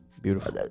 beautiful